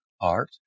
art